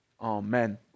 amen